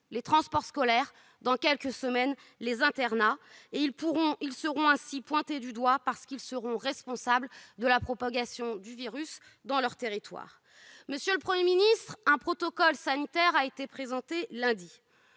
les transports scolaires et, dans quelques semaines, les internats. Ils seront ainsi pointés du doigt parce qu'ils seront responsables de la propagation du virus dans leur territoire. Monsieur le Premier ministre, un protocole sanitaire a été présenté lundi.